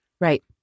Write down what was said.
Right